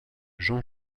jean